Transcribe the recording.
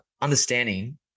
understanding